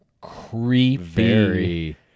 Creepy